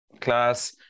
Class